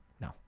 No